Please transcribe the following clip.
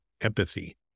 empathy